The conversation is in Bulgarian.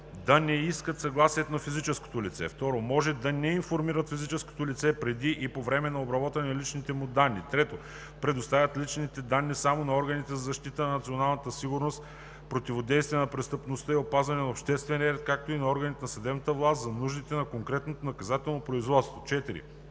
да не искат съгласието на физическото лице; 2. може да не информират физическото лице преди и по време на обработването на личните му данни; 3. предоставят личните данни само на органите за защита на националната сигурност, противодействие на престъпността и опазване на обществения ред, както и на органите на съдебната власт за нуждите на конкретно наказателно производство; 4.